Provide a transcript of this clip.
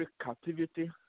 captivity